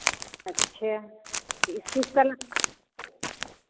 अच्छा किस किस का ल